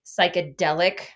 psychedelic